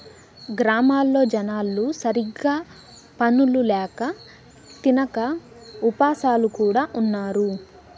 గ్రామాల్లో జనాలు సరిగ్గా పనులు ల్యాక తినక ఉపాసాలు కూడా ఉన్నారు